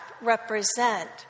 represent